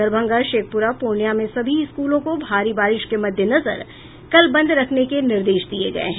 दरभंगा शेखपुरा पूर्णियां में सभी स्कूलों को भारी बारिश के मद्देनजर कल बंद रखने के निर्देश दिये गये हैं